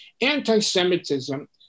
anti-Semitism